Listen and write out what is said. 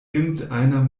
irgendeiner